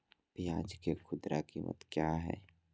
प्याज के खुदरा कीमत क्या है?